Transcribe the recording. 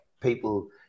people